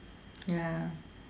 ya